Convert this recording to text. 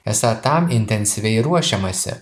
esą tam intensyviai ruošiamasi